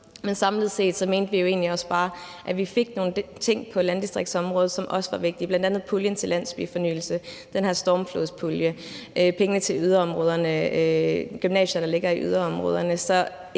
også bare, at vi fik nogle ting på landdistriktsområdet, som også var vigtige, bl.a. puljen til landsbyfornyelse, den her stormflodspulje og penge til yderområderne, til gymnasier, der ligger i yderområderne.